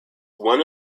one